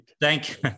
Thank